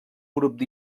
grup